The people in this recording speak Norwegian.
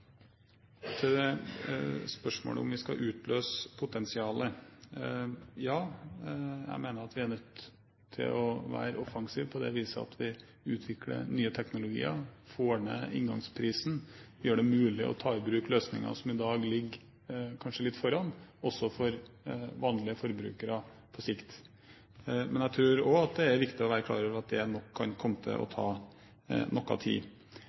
Arnstad-utvalget? Til spørsmålet om vi skal utløse potensialet: Ja, jeg mener at vi er nødt til å være offensive på det viset at vi utvikler nye teknologier, får ned inngangsprisen, på sikt gjør det mulig å ta i bruk løsninger som i dag kanskje ligger litt foran, også for vanlige forbrukere. Men jeg tror også det er viktig å være klar over at det nok kan komme til å ta noe tid.